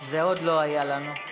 זה עוד לא היה לנו.